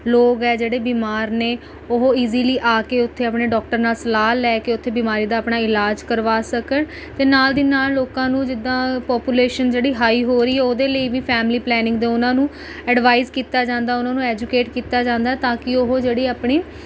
ਲੋਕ ਹੈ ਜਿਹੜੇ ਬਿਮਾਰ ਨੇ ਉਹ ਈਜ਼ਿਲੀ ਆ ਕੇ ਉੱਥੇ ਆਪਣੇ ਡੋਕਟਰ ਨਾਲ ਸਲਾਹ ਲੈ ਕੇ ਉੱਥੇ ਬਿਮਾਰੀ ਦਾ ਆਪਣਾ ਇਲਾਜ ਕਰਵਾ ਸਕਣ ਅਤੇ ਨਾਲ ਦੀ ਨਾਲ ਲੋਕਾਂ ਨੂੰ ਜਿੱਦਾਂ ਪੋਪੂਲੇਸ਼ਨ ਜਿਹੜੀ ਹਾਈ ਹੋ ਰਹੀ ਹੈ ਉਹਦੇ ਲਈ ਵੀ ਫੈਮਿਲੀ ਪਲੈਨਿੰਗ ਦਾ ਉਹਨਾਂ ਨੂੰ ਐਡਵਾਈਜ਼ ਕੀਤਾ ਜਾਂਦਾ ਉਹਨਾਂ ਨੂੰ ਐਜੂਕੇਟ ਕੀਤਾ ਜਾਂਦਾ ਤਾਂ ਕਿ ਉਹ ਜਿਹੜੀ ਆਪਣੀ